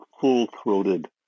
full-throated